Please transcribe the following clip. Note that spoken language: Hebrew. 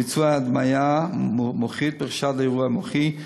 ביצוע הדמיה מוחית בחשד לאירוע מוחי,